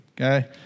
Okay